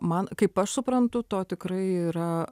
man kaip aš suprantu to tikrai yra